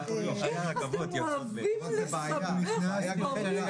אתם אוהבים לסבך דברים.